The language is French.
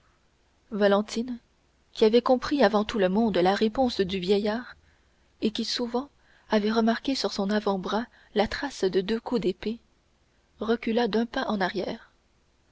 valentine qui avait compris avant tout le monde la réponse du vieillard et qui souvent avait remarqué sur son avant-bras la trace de deux coups d'épée recula d'un pas en arrière